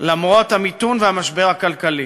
למרות המיתון והמשבר הכלכלי.